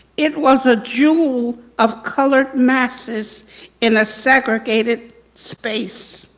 it was a jewel of colored masses in a segregated space.